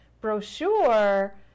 brochure